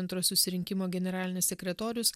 antro susirinkimo generalinis sekretorius